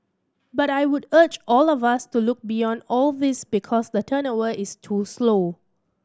but I would urge all of us to look beyond all these because the turnover is too slow